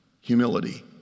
humility